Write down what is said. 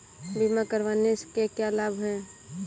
बीमा करवाने के क्या क्या लाभ हैं?